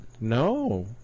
No